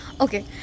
Okay